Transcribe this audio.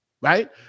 Right